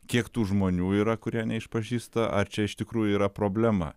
kiek tų žmonių yra kurie neišpažįsta ar čia iš tikrųjų yra problema